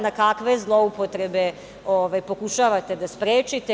Na kakve zloupotrebe pokušavate da sprečite?